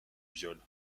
viol